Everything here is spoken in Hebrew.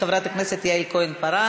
חברת הכנסת יעל כהן-פארן,